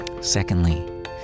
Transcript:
Secondly